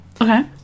Okay